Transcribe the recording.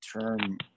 term